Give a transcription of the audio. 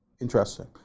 interesting